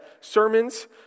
sermons